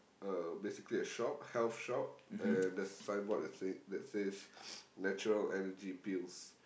uh basically a shop health shop and there's a signboard that say that says natural Energy Pills